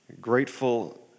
grateful